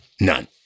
none